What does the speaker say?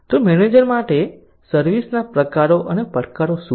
તો મેનેજર માટે સર્વિસ ના પ્રકારો અને પડકારો શું છે